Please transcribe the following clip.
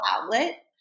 outlet